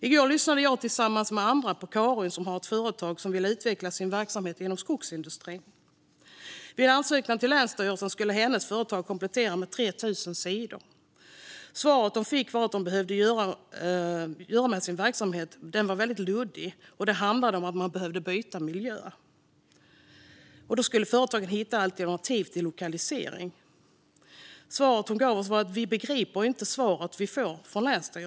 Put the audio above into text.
I går lyssnade jag tillsammans med andra på Karin, som har ett företag som vill utveckla sin verksamhet inom skogsindustrin. Vid ansökan till länsstyrelsen skulle hennes företag komplettera med 3 000 sidor. Svaret de fick gällande vad de behövde göra med sin verksamhet var väldigt luddigt. Det handlade om att de behövde byta miljö. Företaget skulle hitta alternativ till lokalisering. Karin sa att de inte begriper svaret de fått från länsstyrelsen.